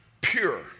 pure